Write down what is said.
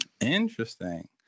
interesting